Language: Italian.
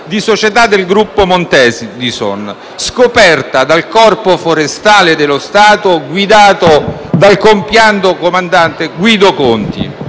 di società del gruppo Montedison, scoperta dal Corpo forestale dello Stato guidato dal compianto comandante Guido Conti.